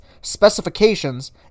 specifications